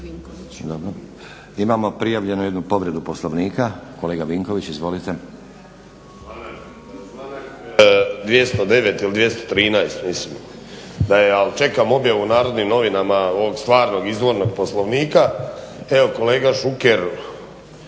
Imamo prijavljenu jednu povredu Poslovnika. Kolega Vinković, izvolite.